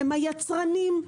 הם היצרנים.